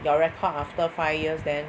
your record after five years then